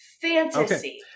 Fantasy